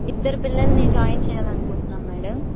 ఇద్దరు పిల్లల్ని జాయిన్ చేయాలనుకుంటున్నాం మేడం